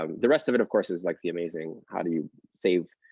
um the rest of it, of course, is like the amazing how do you save